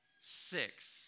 Six